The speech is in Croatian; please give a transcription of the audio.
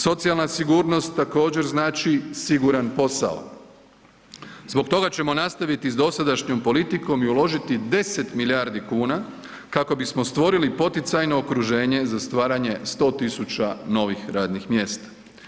Socijalna sigurnost također znači siguran posao, zbog toga ćemo nastaviti s dosadašnjom politikom i uložiti 10 milijardi kuna kako bismo stvorili poticajno okruženje za stvaranje 100.000 novih radnih mjesta.